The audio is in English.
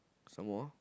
some more